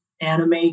Anime